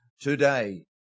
today